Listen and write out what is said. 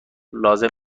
لازم